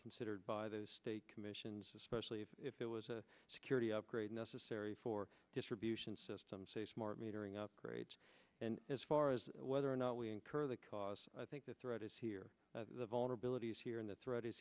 considered by the state commissions especially if there was a security upgrade necessary for distribution system say smart metering upgrades and as far as whether or not we incur the cost i think the threat is here the vulnerabilities here in the threat is